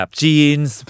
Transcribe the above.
jeans